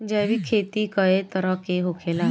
जैविक खेती कए तरह के होखेला?